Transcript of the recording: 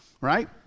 Right